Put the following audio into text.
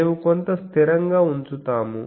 మేము కొంత స్థిరంగా ఉంచుతాము